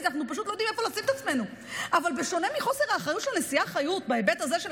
כי אנחנו פשוט לא יודעים איפה לשים את עצמנו.